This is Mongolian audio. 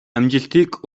амжилтыг